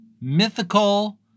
mythical